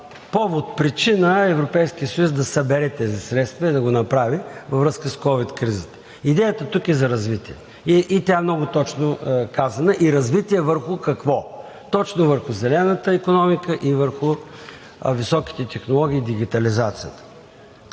повод, причина Европейският съюз да събере тези средства и да го направи във връзка с ковид кризата. Идеята тук е за развитие и тя е много точно казана. И развитие върху какво? Точно върху зелената икономика и върху високите технологии и дигитализацията.